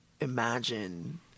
imagine